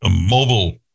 mobile